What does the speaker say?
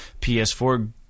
PS4